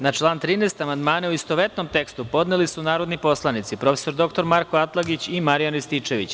Na član 13. amandmane, u istovetnom tekstu, podneli su narodni poslanici prof. dr Marko Atlagić i Marijan Rističević.